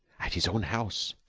at his own house.